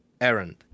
errand